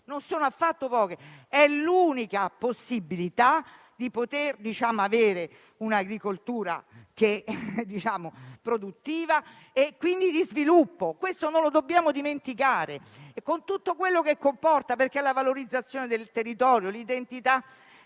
non sono affatto poche, è l'unica possibilità di poter avere un'agricoltura produttiva e quindi di sviluppo. Questo non lo dobbiamo dimenticare, con tutto quello che comporta, come la valorizzazione dell'identità